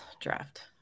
draft